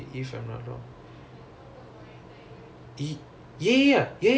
oh I'm from A_J also but I don't know